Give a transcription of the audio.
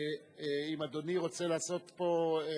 אם אדוני רוצה לעשות פה,